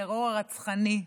הטרור הרצחני,